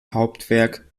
hauptwerk